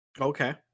Okay